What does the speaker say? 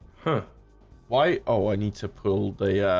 huh why oh, i need to pull the